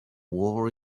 war